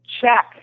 check